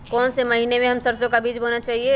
कौन से महीने में हम सरसो का बीज बोना चाहिए?